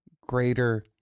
greater